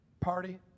party